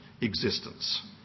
existence